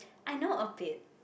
I know a bit